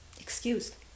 excused